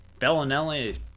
Bellinelli